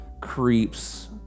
creeps